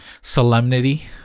solemnity